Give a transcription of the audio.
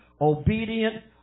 obedient